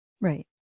Right